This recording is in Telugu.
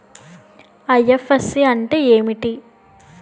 ఐ.ఎఫ్.ఎస్.సి అంటే ఏమిటి?